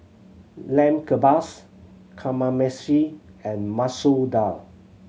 Lamb Kebabs Kamameshi and Masoor Dal